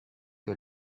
que